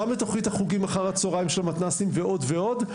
גם את תוכנית המתנ״סים של חוגים אחר הצהריים ועוד ועוד.